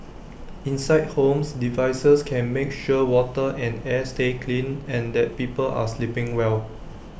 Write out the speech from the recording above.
inside homes devices can make sure water and air stay clean and that people are sleeping well